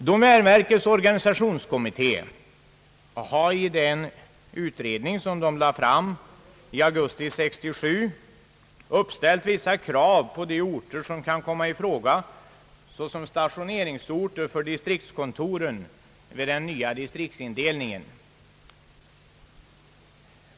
Domänverkets organisationskommitté har i sin utredning som framlades i augusti 1967 uppställt vissa krav på de orter som kan komma i fråga såsom stationeringsorter för distriktskontoren vid den nya distriktsindelningen.